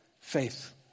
faith